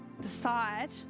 decide